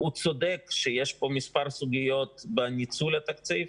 הוא צודק שיש פה מספר סוגיות בניצול התקציב,